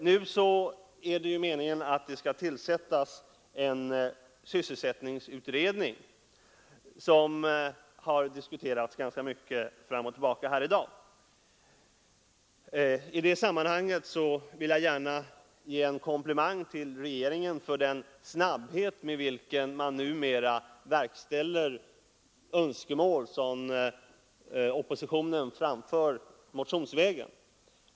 Nu är det ju meningen att det skall tillsättas en sysselsättningsutredning, som har diskuterats ganska mycket fram och tillbaka här i dag. I det sammanhanget vill jag gärna ge en komplimang till regeringen för den snabbhet med vilken man numera verkställer önskemål som oppositionen framför motionsvägen.